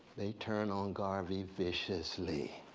they turn on garvey viciously.